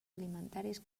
alimentaris